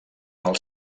pel